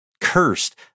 cursed